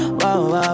wow